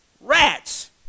rats